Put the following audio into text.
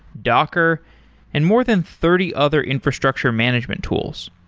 docker and more than thirty other infrastructure management tools.